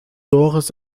doris